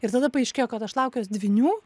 ir tada paaiškėjo kad aš laukiuos dvynių